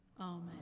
Amen